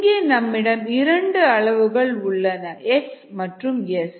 இங்கே நம்மிடம் இரண்டு அளவுகள் உள்ளன x மற்றும் s